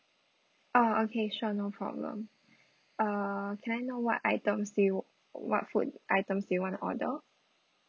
oh okay sure no problem uh can I know what items do you what food items do you want to order